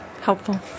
helpful